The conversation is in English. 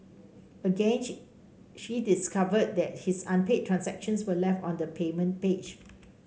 again she she discovered that his unpaid transactions were left on the payment page